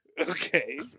Okay